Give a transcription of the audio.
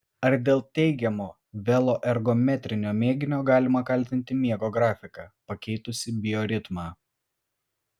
ar dėl teigiamo veloergometrinio mėginio galima kaltinti miego grafiką pakeitusį bioritmą